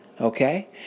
okay